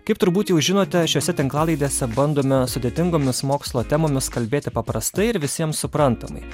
kaip turbūt jau žinote šiose tinklalaidėse bandome sudėtingomis mokslo temomis kalbėti paprastai ir visiems suprantamai